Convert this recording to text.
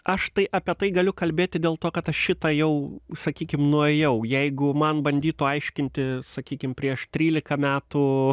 aš tai apie tai galiu kalbėti dėl to kad aš šitą jau sakykim nuėjau jeigu man bandytų aiškinti sakykim prieš trylika metų